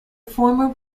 former